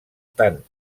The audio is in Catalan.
tant